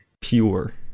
Pure